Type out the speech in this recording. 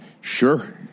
Sure